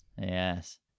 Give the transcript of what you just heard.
Yes